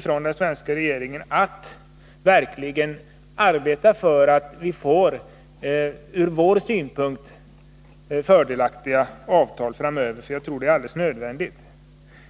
från den svenska regeringen om att de verkligen skall arbeta för att vi får ur vår synpunkt fördelaktiga avtal framöver. Jag tror att det är alldeles nödvändigt.